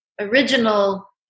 original